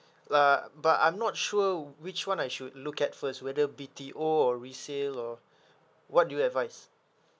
well but I'm not sure which one I should look at first whether B_T_O or resale or what you advise